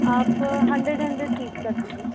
आप hundred hundred piece कर दीजिए